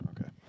okay